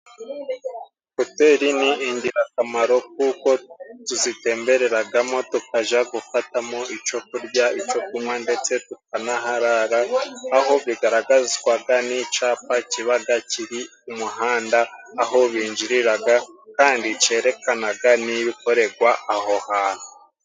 Hoteli ni ingirakamaro kuko tuzitembereragamo tukaja gufatamo ico kurya icyo kunwa, ndetse tukanaharara, aho bigaragazwaga n'icapa kibaga kiri ku muhanda aho binjiriraga, kandi cerekanaga n'ibikoregwaga aho hantu.